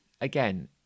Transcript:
again